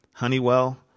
Honeywell